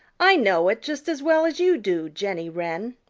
i know it just as well as you do, jenny wren,